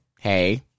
Hey